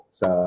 sa